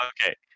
Okay